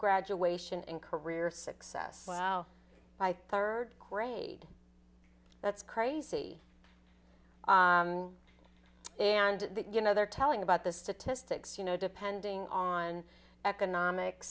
graduation and career success wow my third grade that's crazy and you know they're telling about the statistics you know depending on economic